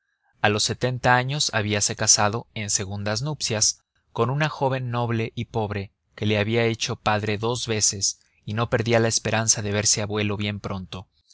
a los setenta años habíase casado en segundas nupcias con una joven noble y pobre que le había hecho padre dos veces y no perdía la esperanza de verse abuelo bien pronto